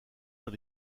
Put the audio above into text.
dans